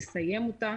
לסיים אותה.